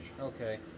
Okay